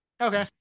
Okay